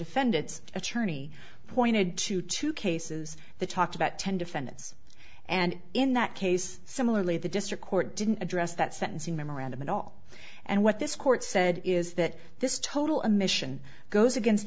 defendant's attorney pointed to two cases the talked about ten defendants and in that case similarly the district court didn't address that sentencing memorandum at all and what this court said is that this total a mission goes against